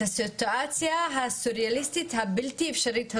הסיטואציה הסוריאליסטית הבלתי אפשרית הזאת,